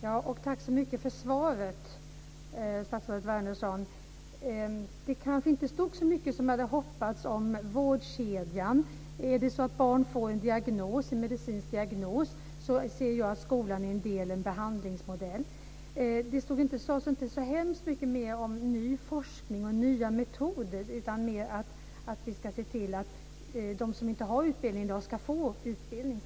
Fru talman! Tack så mycket för svaret, statsrådet Det kanske inte stod så mycket som jag hade hoppats om vårdkedjan. Om barn får en medicinsk diagnos är skolan en del i en behandlingsmodell. Det sades inte så mycket om ny forskning och nya metoder, utan mer att vi ska se till att de som i dag inte har utbildning ska få utbildning.